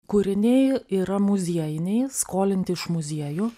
kūriniai yra muziejiniai skolinti iš muziejų